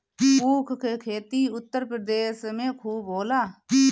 ऊख के खेती उत्तर प्रदेश में खूब होला